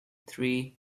three